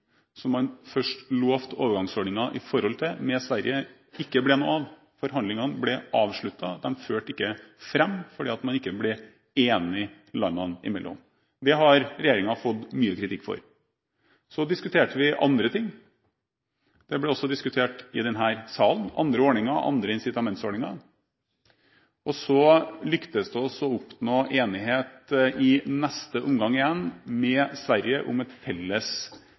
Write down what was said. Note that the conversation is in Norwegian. man først lovet overgangsordninger for når det gjelder Sverige, ikke ble noe av. Forhandlingene ble avsluttet, de førte ikke fram fordi man ikke ble enige landene imellom. Det har regjeringen fått mye kritikk for. Så diskuterte vi andre ting. Det ble også diskutert andre incitamentsordninger i denne salen, og så lyktes det oss å oppnå enighet i neste omgang igjen med Sverige om et felles